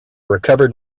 recovered